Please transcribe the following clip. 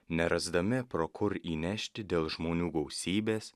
nerasdami pro kur įnešti dėl žmonių gausybės